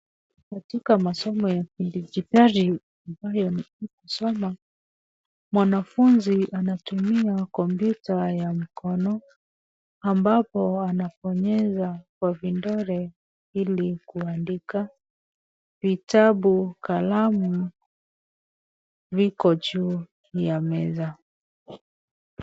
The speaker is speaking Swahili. Katika masomo ya kidijitali ambayo ni kusoma, mwanafunzi anatumia kompyuta ya mkono ambapo anabonyeza kwa vidole ili kuandika. Vitabu, kalamu, viko juu ya meza.